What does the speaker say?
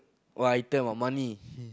what item ah money